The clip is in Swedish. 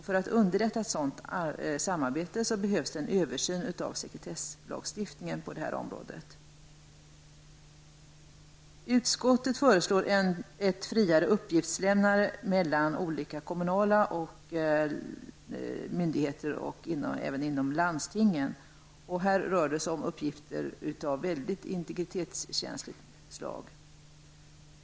För att underlätta ett sådant samarbete behövs det en översyn av sekretesslagstiftningen på det området. Utskottet föreslår ett friare uppgiftslämnande mellan olika kommunala och landstingskommunala myndigheter. Här rör det sig om uppgifter av mycket intregitetskänsligt slag.